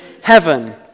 heaven